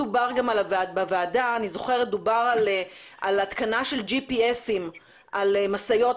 אני זוכרת שדובר בוועדה על התקנה של GPS על המשאיות